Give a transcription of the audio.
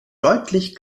deutlich